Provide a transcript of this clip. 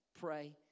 pray